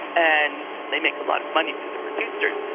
and they make a lot of money for the producers.